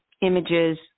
images